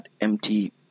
empty